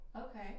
Okay